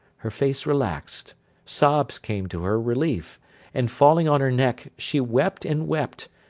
her face relaxed sobs came to her relief and falling on her neck, she wept and wept,